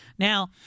Now